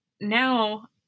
now